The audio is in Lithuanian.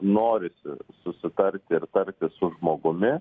norisi susitarti ir tartis su žmogumi